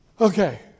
Okay